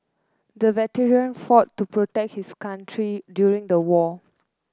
the veteran fought to protect his country during the war